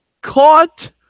caught